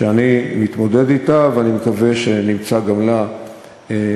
שאני מתמודד אתה, ואני מקווה שנמצא גם לה פתרונות.